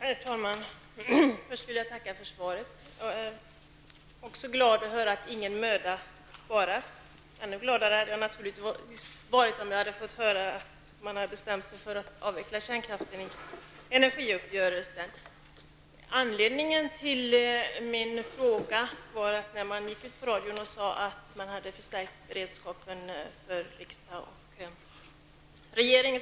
Herr talman! Först vill jag tacka för svaret. Jag är också glad över att höra att ingen möda sparas. Ännu gladare hade jag naturligtvis varit om jag hade fått höra att man vid energiuppgörelsen hade bestämt sig för att avveckla kärnkraften. Anledningen till min fråga var att man i radio gick ut och sade att man hade förstärkt beredskapen för riksdag och regering.